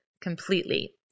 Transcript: completely